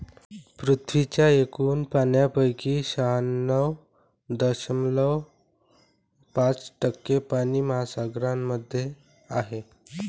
पृथ्वीच्या एकूण पाण्यापैकी शहाण्णव दशमलव पाच टक्के पाणी महासागरांमध्ये आहे